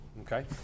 okay